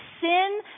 sin